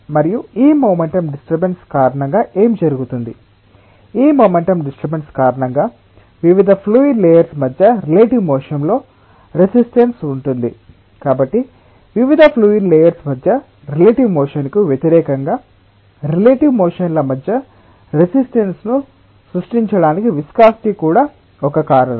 మరియు ఈ momentum disturbance కారణంగా ఏమి జరుగుతుంది ఈ మొమెంటం డిస్టర్బన్స్ కారణంగా వివిధ ఫ్లూయిడ్ లేయర్స్ మధ్య రిలేటివ్ మోషన్ లో రెసిస్టన్స్ ఉంటుంది కాబట్టి వివిధ ఫ్లూయిడ్ లేయర్స్ మధ్య రిలేటివ్ మోషన్ కు వ్యతిరేకంగా రిలేటివ్ మోషన్ ల మధ్య రెసిస్టన్స్ ను సృష్టించడానికి విస్కాసిటి కూడా కారణం